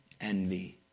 Envy